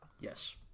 Yes